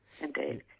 indeed